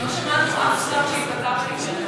אני לא שמעתי אף שר שהתבטא בעניין.